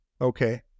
Okay